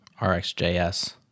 RxJS